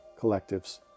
collectives